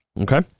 Okay